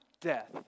death